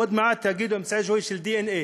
עוד מעט תגידו אמצעי זיהוי של דנ"א,